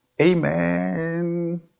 amen